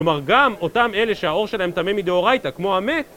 כלומר, גם אותם אלה שהעור שלהם טמא מדאורייתא, כמו המת.